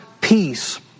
peace